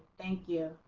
thank you.